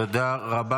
תודה רבה.